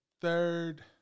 third